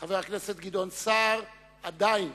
חבר הכנסת גדעון סער, עדיין,